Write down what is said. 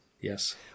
Yes